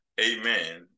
amen